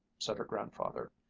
said her grandfather.